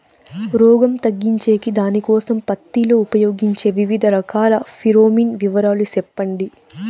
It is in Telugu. రోగం తగ్గించేకి దానికోసం పత్తి లో ఉపయోగించే వివిధ రకాల ఫిరోమిన్ వివరాలు సెప్పండి